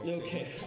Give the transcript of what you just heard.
okay